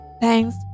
thanks